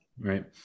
right